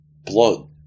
blood